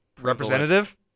representative